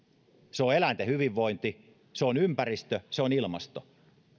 se on eläinten hyvinvointi se on ympäristö se on ilmasto